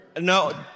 no